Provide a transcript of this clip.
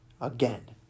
Again